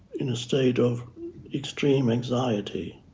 in a state of extreme anxiety,